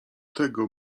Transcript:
tego